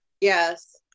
Yes